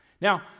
Now